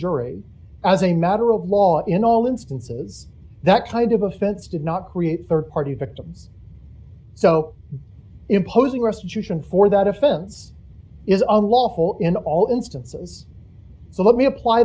jury as a matter of law in all instances that kind of offense did not create a rd party victim so imposing restitution for that offense is unlawful in all instances so let me apply